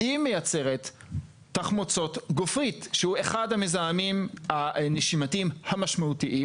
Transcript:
היא מייצרת תחמוצות גופרית שהוא אחד המזהמים הנשימתיים המשמעותיים